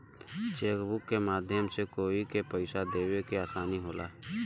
chequebook के माध्यम से कोई के पइसा देवे में आसानी होला